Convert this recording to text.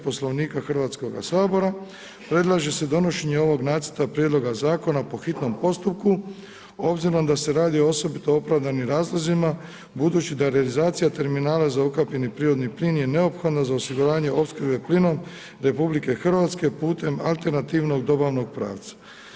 Poslovnika Hrvatskoga sabora, predlaže se donošenje ovoga nacrta prijedloga zakona po hitnom postupku obzirom da se radi o osobito opravdanim razlozima budući da je realizacija terminala za ukapljeni prirodni plin neophodna za osiguranje opskrbe plinom RH putem alternativnom dobavnog pravca.